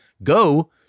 Go